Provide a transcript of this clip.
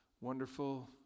wonderful